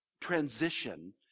transition